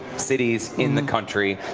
cities in the country.